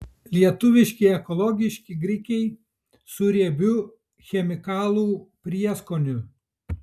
lietuviški ekologiški grikiai su riebiu chemikalų prieskoniu